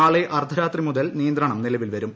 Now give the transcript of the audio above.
നാളെ അർദ്ധരാത്രി മുതൽ നിയന്ത്രണം നിലവിൽ വരും